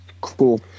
cool